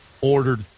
ordered